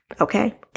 Okay